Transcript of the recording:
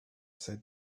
said